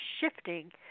shifting